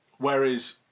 Whereas